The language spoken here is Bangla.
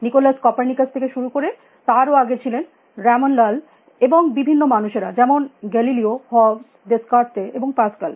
নিকোলাস কোপারনিকাস থেকে শুরু করে তারও আগে ছিলেন রামন লাল এবং মানুষদের হোস্ট যেমন গ্যালিলিও হবস ডেসকার্ত এবং পাস্কাল